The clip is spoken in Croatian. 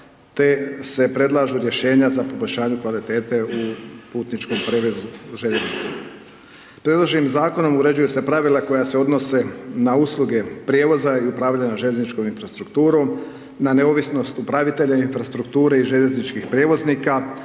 te se predlažu rješenja za poboljšanje kvalitete u putničkom prijevozu željeznicom. Predloženim zakonom uređuju se pravila koja se odnose na usluge prijevoza i upravljanja željezničkom infrastrukturom, na neovisnost upravitelja infrastrukture i željezničkih prijevoznika,